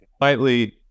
slightly